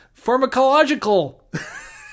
pharmacological